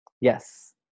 yes